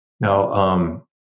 Now